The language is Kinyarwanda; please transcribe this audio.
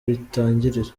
bitangirira